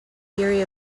theory